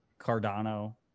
Cardano